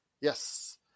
yes